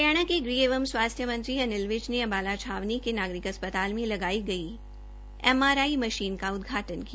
हरियाणा के गृह एवं स्वास्थ्य मंत्री अनिल विज ने अंबाला छावनी के नागरिक अस्पताल में लगाई गई एमआरआई मशीन का उदघाटन किया